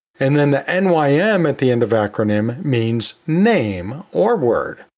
and then the n y m at the end of acronym means name or word.